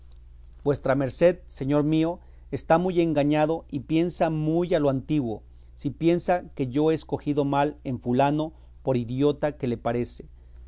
vuestra merced señor mío está muy engañado y piensa muy a lo antiguo si piensa que yo he escogido mal en fulano por idiota que le parece